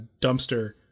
dumpster